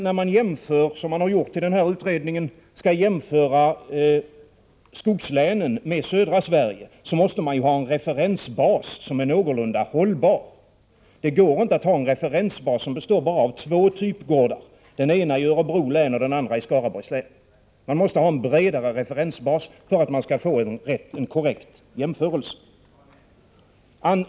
När man jämför — vilket man har gjort i utredningen — skogslänen med södra Sverige, måste man ju ha en referensbas som är någorlunda hållbar. Det går inte att ha en referensbas som består av bara två typgårdar— den enai Örebro län och den andra i Skaraborgs län. Man måste ha en bredare referensbas för att man skall få en korrekt jämförelse.